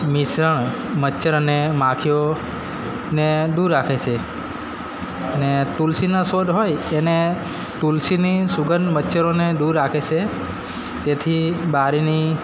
મિશ્રણ મચ્છર અને માખીઓ ને દૂર રાખે છે અને તુલસીના છોડ હોય એને તુલસીની સુગંધ મચ્છરોને દૂર રાખે છે તેથી બારીની